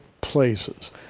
places